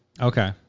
Okay